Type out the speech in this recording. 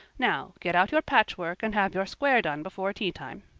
now, get out your patchwork and have your square done before teatime.